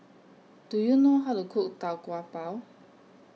Do YOU know How to Cook Tau Kwa Pau